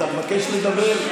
אתה מבקש לדבר?